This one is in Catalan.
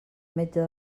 metge